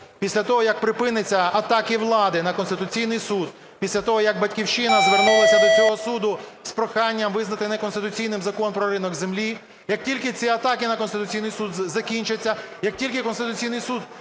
Після того, як припиняться атаки влади на Конституційний Суд, після того, як "Батьківщина" звернулася до цього суду з проханням визнати неконституційним Закон про ринок землі, як тільки ці атаки на Конституційний Суд закінчаться, як тільки Конституційний Суд